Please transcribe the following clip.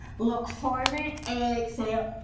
look forward exhale,